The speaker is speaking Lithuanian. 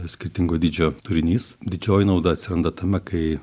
skirtingo dydžio turinys didžioji nauda atsiranda tame kai